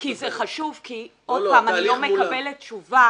זה חשוב, כי אני לא מקבלת תשובה